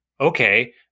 Okay